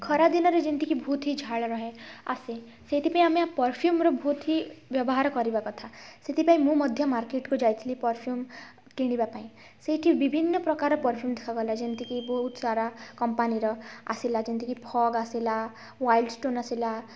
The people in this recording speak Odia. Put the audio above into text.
ଖରାଦିନରେ ଯେମିତିକି ବହୁତ ହି ଝାଳ ରୁହେ ଆସେ ସେଇଥିପାଇଁ ଆମେ ପର୍ଫ୍ୟୁମ୍ର ବହୁତ ହି ବ୍ୟବହାର କରିବା କଥା ସେଥିପାଇଁ ମୁଁ ମଧ୍ୟ ମାର୍କେଟ୍କୁ ଯାଇଥିଲି ପର୍ଫ୍ୟୁମ୍ କିଣିବାପାଇଁ ସେଇଠି ବିଭିନ୍ନ ପ୍ରକାର ପର୍ଫ୍ୟୁମ୍ ଦେଖାଗଲା ଯେମିତିକି ବହୁତସାରା କମ୍ପାନୀର ଆସିଲା ଯେମିତିକି ଫଗ୍ ଆସିଲା ୱାଇଲ୍ଡଷ୍ଟୋନ୍ ଆସିଲା